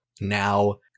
now